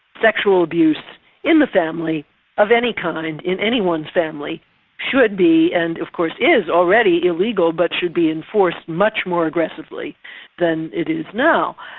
sexual abuse in the family of any kind, in anyone's family should be and of course is already illegal but should be enforced much more aggressively than it is now.